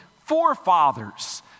forefathers